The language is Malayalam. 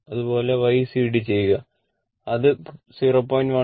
അതുപോലെ Ycd ചെയ്യുക അത് 0